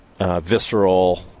visceral